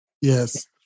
Yes